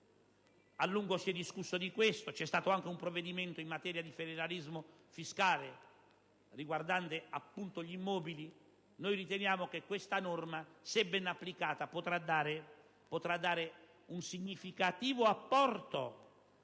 A lungo si è discusso di questo: vi è stato anche un provvedimento in materia di federalismo fiscale, riguardante, appunto, gli immobili. Riteniamo che questa norma, se ben applicata, potrà dare un significativo apporto